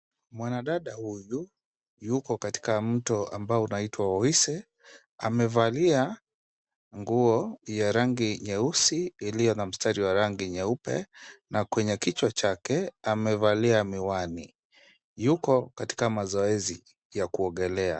Mwanadada huyu yuko katika mto ambao unaitwa Oise. Amevalia nguo ya rangi nyeusi iliyo na mstari wa rangi nyeupe na kwenye kichwa chake amevalia miwani. Yuko katika mazoezi ya kuogelea.